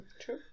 True